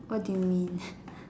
what do you mean